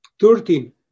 Thirteen